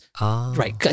right